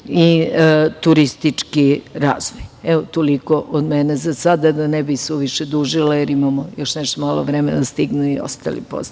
i turistički razvoj. Evo, toliko od mene za sada, da ne bih suviše dužila, jer imamo još nešto malo vremena, da stignu i ostali da postave